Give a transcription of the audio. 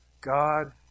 God